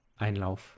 einlauf